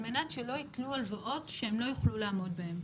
על מנת שלא ייטלו הלוואות שהם לא יוכלו לעמוד בהן.